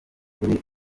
kuri